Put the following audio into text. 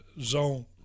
zone